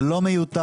זה לא מיותר.